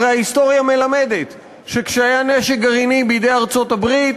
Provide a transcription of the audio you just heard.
הרי ההיסטוריה מלמדת שכשהיה נשק גרעיני בידי ארצות-הברית,